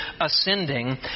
ascending